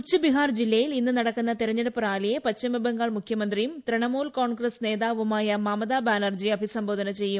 കുഛ് ബിഹാർ ജില്ലയിൽ ഇന്ന് നടക്കുന്ന തെരഞ്ഞെടുപ്പ് റാലിയെ പശ്ചിമബംഗാൾ മുഖ്യമന്ത്രിയും ത്രിണമൂൽ കോൺഗ്രസ് നേതാവുമായ മമതാബാനർജി അഭി സംബോധന ചെയ്യും